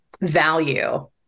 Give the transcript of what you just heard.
value